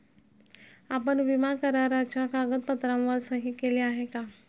आपण विमा कराराच्या कागदपत्रांवर सही केली आहे का?